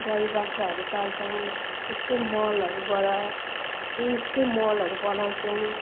गाईबाख्राहरू पाल्छौँ त्यसकै मलहरूबाट त्यसकै मलहरू बनाउँछौँ